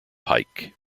pike